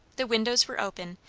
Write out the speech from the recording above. the windows were open,